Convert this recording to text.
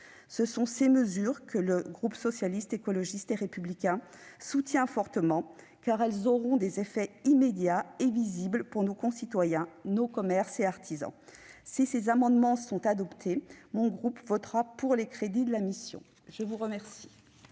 Ce sont ces mesures que le groupe Socialiste, Écologiste et Républicain soutient fortement, car elles auront des effets immédiats et visibles pour nos concitoyens, nos commerces et nos artisans. Si ces amendements sont adoptés, mon groupe votera les crédits de la mission. La parole